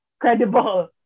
credible